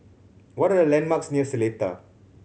what are the landmarks near Seletar